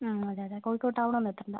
മ് അതെ അതെ കോഴിക്കോട് ടൗൺ ഒന്നും എത്തേണ്ട